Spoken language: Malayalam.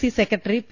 C secretary P